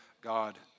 God